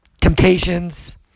temptations